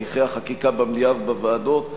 הליכי החקיקה במליאה ובוועדות,